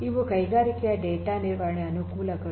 ಇವು ಕೈಗಾರಿಕೆಯ ಡೇಟಾ ನಿರ್ವಹಣೆಯ ಅನುಕೂಲಗಳು